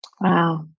Wow